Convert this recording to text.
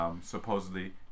Supposedly